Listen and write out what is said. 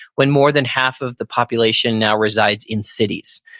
when more than half of the population now resides in cities.